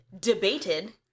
debated